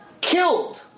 killed